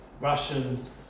Russians